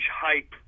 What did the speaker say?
hype